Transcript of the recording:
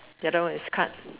the other one is cut